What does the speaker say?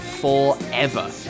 forever